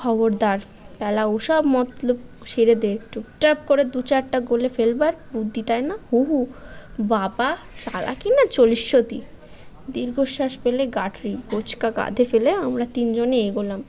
খবরদার প্যালা ওসব মতলব ছেড়ে দে টুপটাপ করে দু চারটা গালে ফেলবার বুদ্ধি তাই না হুঁ হুঁ বাবা চালাকি না চলিষ্যতি দীর্ঘশ্বাস ফেলে গাঁটরি বোঁচকা কাঁধে ফেলে আমরা তিনজনে এগোলাম